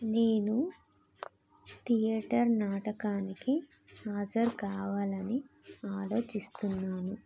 నేను థియేటర్ నాటకానికి హజరు కావాలని ఆలోచిస్తున్నాను